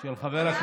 בקולה,